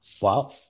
Wow